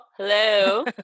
Hello